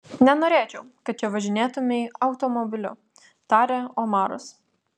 nenorėčiau kad čia važinėtumei automobiliu tarė omaras